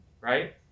Right